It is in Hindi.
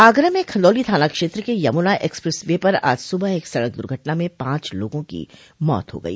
आगरा में खंदौली थाना क्षेत्र के यमुना एक्सप्रेस वे पर आज सुबह एक सड़क दुर्घटना में पांच लोगों की मौत हो गई